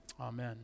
Amen